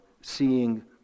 seeing